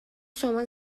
شما